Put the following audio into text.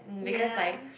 ya